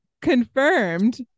confirmed